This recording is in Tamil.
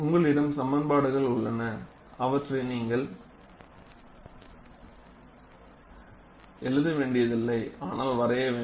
உங்களிடம் சமன்பாடுகள் உள்ளன அவற்றை நீங்கள் எழுத வேண்டியதில்லை ஆனால் வரையவேண்டும்